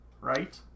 right